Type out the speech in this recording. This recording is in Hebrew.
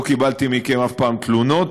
לא קיבלתי מכם אף פעם תלונות,